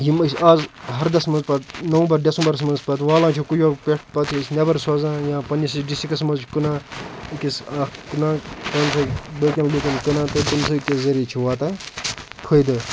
یِم أسۍ آز ہَردَس منٛز پَتہٕ نومبَر ڈٮ۪سَمبَرس منٛز پَتہٕ والان چھِ کُلیو پٮ۪ٹھ پَتہٕ چھِ أسۍ نٮ۪بَر سوزان یا پنٛنِسٕے ڈسٹِرٛکَس منٛز چھُ کٕنان أکِس اَکھ کٕنان بٲقِیَن لوٗکَن کٕنان تہٕ کہِ ذٔریہِ چھِ واتان فٲیدٕ